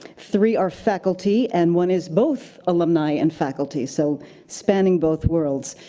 three are faculty, and one is both alumni and faculty, so spanning both worlds.